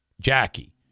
Jackie